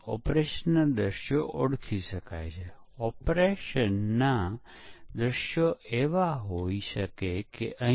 હવે જે બધી ખામી છે બધી નિષ્ફળતાઓને કારણ આપી શકે નહીં